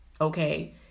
okay